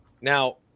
Now